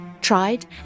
tried